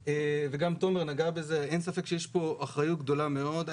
וגם תומר נגע בזה אין ספק שיש פה אחריות גדולה מאוד.